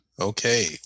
Okay